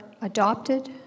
adopted